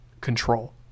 control